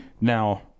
Now